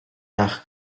nach